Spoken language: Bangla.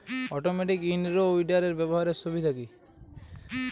অটোমেটিক ইন রো উইডারের ব্যবহারের সুবিধা কি?